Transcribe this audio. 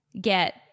get